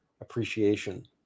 appreciation